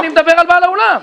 אני מדבר על בעל האולם.